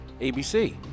ABC